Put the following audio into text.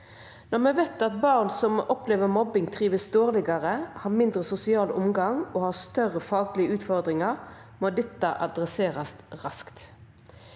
Når vi vet at barn som opplever mobbing trives dårligere, har mindre sosial omgang og har større faglige utfordringer, må dette adresseres raskt.